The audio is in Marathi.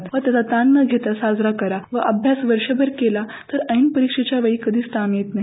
त्याचा ताण न घेता त्याचा ताण न घेता साजरा करा व अभ्यास वर्षभर केला तर ऐन परीक्षेच्या वेळी कधीच ताण येत नाही